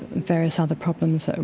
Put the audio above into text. various other problems,